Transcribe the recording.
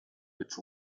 its